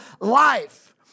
life